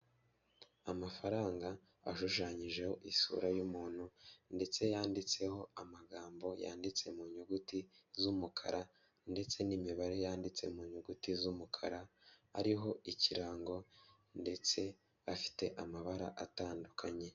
Amafaranga ashushanyijeho isura y'umuntu ndetse yanditseho amagambo yanditse mu nyuguti z'umukara ndetse n'imibare yanditse mu nyuguti z'umukara ariho ikirango ndetse afite amabara atandukanye.